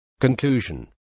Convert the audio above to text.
Conclusion